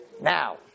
now